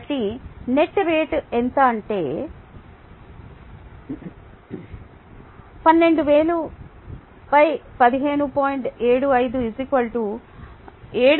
కాబట్టి net rate ఎంత అంటే t m rnet 12000 15